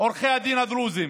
עורכי הדין הדרוזים,